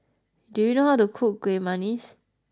do you know how to cook kueh manggis